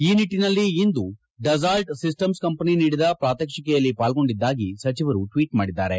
ಈ ನಿಟ್ಟನಲ್ಲಿ ಇಂದು ಡಸ್ಸಾಲ್ಟ್ ಸಿಸ್ಟಮ್ಸ್ ಕಂಪನಿ ನೀಡಿದ ಪಾತ್ರಕ್ಷಿಕೆಯಲ್ಲಿ ಪಾಲ್ಗೊಂಡಿದ್ದಾಗಿ ಸಚಿವರು ಟ್ವೀಟ್ ಮಾಡಿದ್ದಾರೆ